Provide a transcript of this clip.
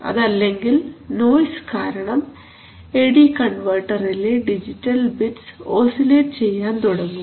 അതല്ലെങ്കിൽ നോയ്സ് കാരണം A D കൺവെർട്ടറിലെ ഡിജിറ്റൽ ബിറ്റ്സ് ഓസിലേറ്റ് ചെയ്യാൻ തുടങ്ങും